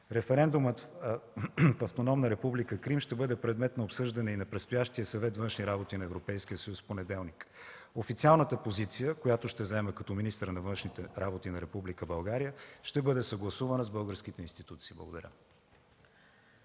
Референдумът в Автономна република Крим ще бъде предмет на обсъждане и на предстоящия Съвет по външни работи на Европейския съюз в понеделник. Официалната позиция, която ще взема като министър на външните работи на Република България, ще бъде съгласувана с българските институции. Благодаря.